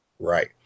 Right